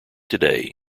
today